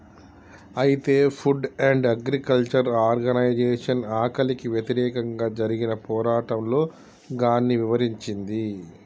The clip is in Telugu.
అయితే ఫుడ్ అండ్ అగ్రికల్చర్ ఆర్గనైజేషన్ ఆకలికి వ్యతిరేకంగా జరిగిన పోరాటంలో గాన్ని ఇవరించింది